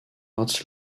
arts